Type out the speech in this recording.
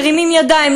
מרימים ידיים,